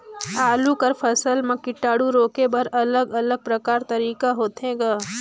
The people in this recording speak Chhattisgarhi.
आलू कर फसल म कीटाणु रोके बर अलग अलग प्रकार तरीका होथे ग?